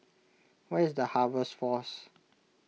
where is the Harvest force